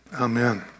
Amen